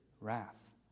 Wrath